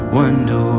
wonder